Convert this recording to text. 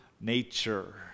nature